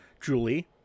Julie